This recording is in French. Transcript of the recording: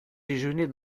déjeuner